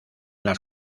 las